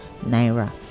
naira